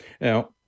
now